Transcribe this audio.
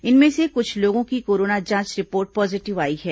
इनमें से कुछ लोगों की कोरोना जांच रिपोर्ट पॉजीटिव आई है